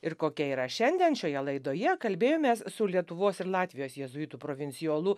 ir kokia yra šiandien šioje laidoje kalbėjomės su lietuvos ir latvijos jėzuitų provincijolu